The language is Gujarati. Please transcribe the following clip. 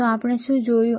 તો આપણે અહીં શું જોયું